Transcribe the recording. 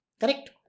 Correct